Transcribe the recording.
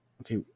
Okay